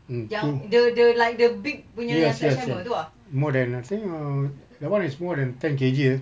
mm mm yes yes more than I think uh that one is more than ten K_G uh